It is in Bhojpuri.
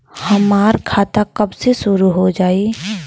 हमार खाता कब से शूरू हो जाई?